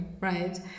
right